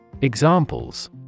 Examples